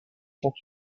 sont